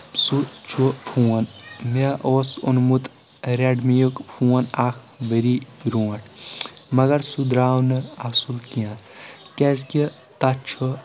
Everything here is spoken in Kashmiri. سُہ چھُ فون مےٚ اوس اوٚنمُت ریٚڈ می یُک فون اکھ ؤری برونٛٹھ مگر سُہ دراو نہٕ اصٕل کینٛہہ کیاز کہِ تتھ چھُ